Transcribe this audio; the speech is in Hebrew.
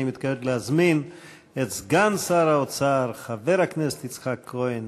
אני מתכבד להזמין את סגן שר האוצר חבר הכנסת יצחק כהן